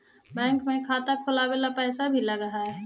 Bank में खाता खोलाबे ल पैसा भी लग है का?